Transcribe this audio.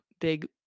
big